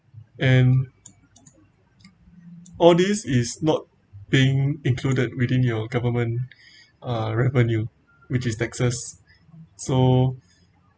and all this is not paying included within your government uh revenue which is taxes so